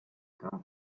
company